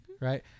right